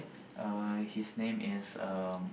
uh his name is um